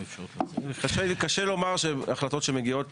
קשה לומר שבקשות שמגיעות